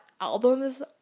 albums